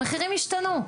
המחירים השתנו.